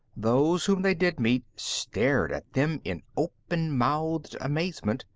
those whom they did meet stared at them in open-mouthed amazement,